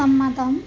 സമ്മതം